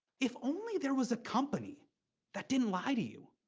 if only there was a company that didn't lie to you.